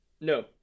No